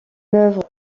œuvre